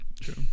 true